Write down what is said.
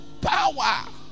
power